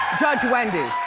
judge wendy.